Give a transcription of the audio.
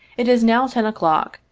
it is now ten o'clock,